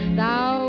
thou